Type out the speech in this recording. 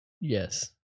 Yes